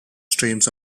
streams